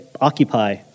occupy